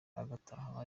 agataha